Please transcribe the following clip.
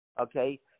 okay –